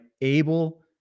able